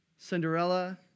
Cinderella